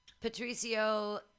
Patricio